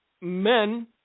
men